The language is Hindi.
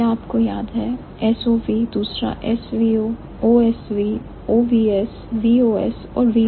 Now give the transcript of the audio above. क्या आपको याद है SOV दूसरा SVO OSV OVS VOS और VSO